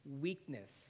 weakness